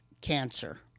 cancer